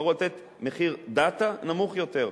ויתחייבו לתת מחיר data נמוך יותר.